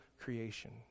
creation